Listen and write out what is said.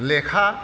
लेखा